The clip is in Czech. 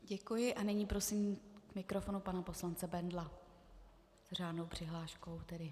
Děkuji a nyní prosím k mikrofonu pana poslance Bendla, s řádnou přihláškou tedy.